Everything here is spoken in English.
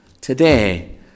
today